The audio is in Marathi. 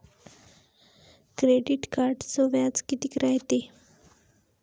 क्रेडिट कार्डचं व्याज कितीक रायते?